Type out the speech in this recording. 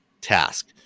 task